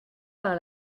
par